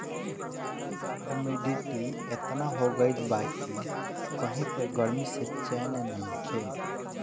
humidity एतना हो गइल बा कि कही पे गरमी से चैन नइखे